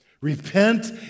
Repent